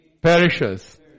perishes